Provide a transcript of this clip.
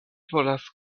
volas